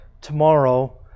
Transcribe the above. tomorrow